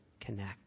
connect